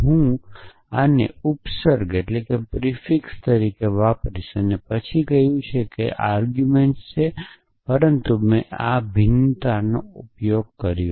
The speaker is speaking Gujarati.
હું આને ઉપસર્ગ તરીકે વાપરીશ અને પછી કહ્યું કે દલીલો છે પરંતુ મેં આ ભિન્નતાનો ઉપયોગ કર્યો